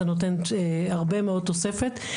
זה נותן הרבה מאוד תוספת.